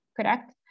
correct